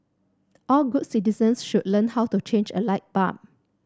all good citizens should learn how to change a light bulb